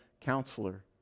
Counselor